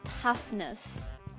toughness